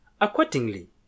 Accordingly